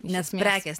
nes prekės